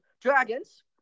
Dragons